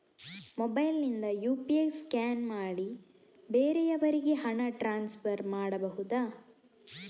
Mobile ನಿಂದ UPI scan ಮಾಡಿ ಬೇರೆಯವರಿಗೆ ಹಣ ಟ್ರಾನ್ಸ್ಫರ್ ಮಾಡಬಹುದ?